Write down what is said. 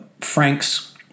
Frank's